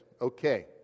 Okay